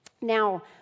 Now